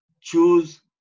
choose